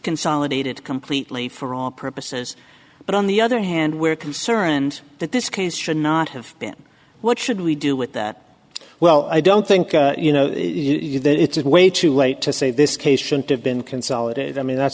consolidated completely for all purposes but on the other hand we're concerned that this case should not have been what should we do with that well i don't think you know that it's way too late to say this case should have been consolidated i mean that's